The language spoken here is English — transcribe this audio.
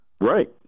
Right